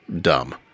dumb